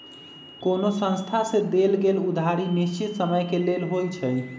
कोनो संस्था से देल गेल उधारी निश्चित समय के लेल होइ छइ